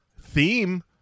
theme